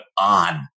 on